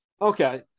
okay